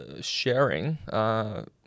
sharing